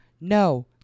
No